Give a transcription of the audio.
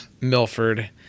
Milford